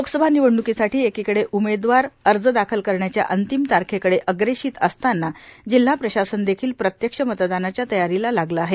लोकसभा निवडण्कीसाठी एकीकडे उमेदवारी अर्ज दाखल करण्याच्या अंतिम तारखेकडे अग्रेषित असताना जिल्हा प्रशासन देखील प्रत्यक्ष मतदानाच्या तयारीला लागले आहे